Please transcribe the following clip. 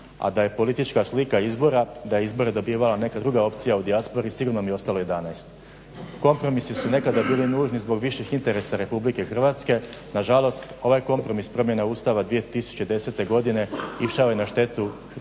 A da je politička slika izbora, da je izbore dobivala neka druga opcija u dijaspori sigurno bi ostalo 11. Kompromisi su nekada bili nužni zbog viših interesa Republike Hrvatske, nažalost ovaj kompromis promjene Ustava 2010. godine išao je na štetu hrvatskog